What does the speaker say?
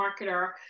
marketer